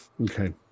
Okay